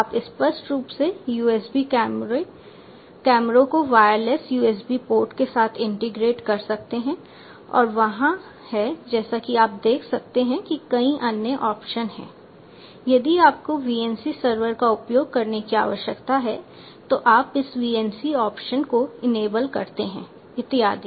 आप स्पष्ट रूप से USB कैमरों को वायरलेस USB पोर्ट के साथ इंटीग्रेट कर सकते हैं और वहां हैं जैसा कि आप देख सकते हैं कि कई अन्य ऑप्शंस हैं यदि आपको VNC सर्वर का उपयोग करने की आवश्यकता है जो आप इस VNC ऑप्शन को इनेबल करते हैं इत्यादि